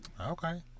Okay